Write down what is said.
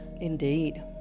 Indeed